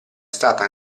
stata